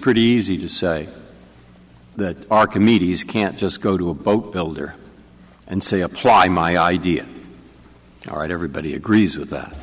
pretty easy to say that archimedes can't just go to a boat builder and say apply my idea all right everybody agrees with that